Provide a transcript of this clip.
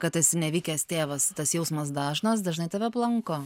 kad esi nevykęs tėvas tas jausmas dažnas dažnai tave aplanko